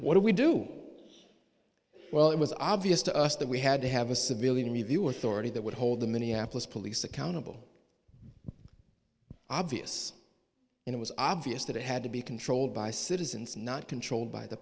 what do we do well it was obvious to us that we had to have a civilian review authority that would hold the minneapolis police accountable obvious and it was obvious that it had to be controlled by citizens not